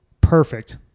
perfect